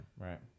Right